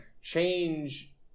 Change